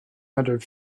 entered